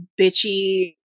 bitchy